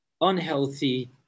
unhealthy